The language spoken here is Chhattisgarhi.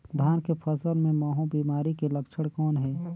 धान के फसल मे महू बिमारी के लक्षण कौन हे?